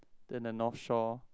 then the North Shore